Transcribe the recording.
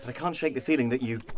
i can't shake the feeling that you,